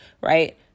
right